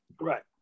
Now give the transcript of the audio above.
Right